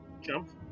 Jump